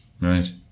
Right